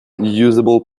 usable